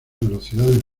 velocidades